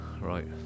right